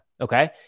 okay